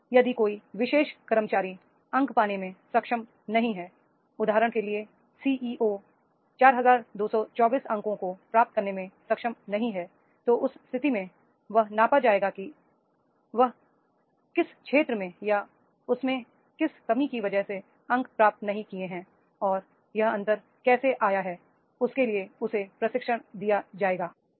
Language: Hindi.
और यदि कोई विशेष कर्मचारी अंक पाने में सक्षम नहीं है उदाहरण के लिए सीईओ 4224 अंकों को पूरा करने में सक्षम नहीं है तो उस स्थिति में वह नापा जाएगा कि वह किस क्षेत्र में या उसमें किस कमी की वजह से अंक प्राप्त नहीं किए हैं और यह अंतर कैसे आया है उसके लिए उसे प्रशिक्षण दिया जाएगा